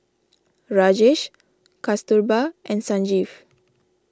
Rajesh Kasturba and Sanjeev